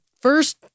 first